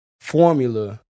formula